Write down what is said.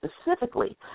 specifically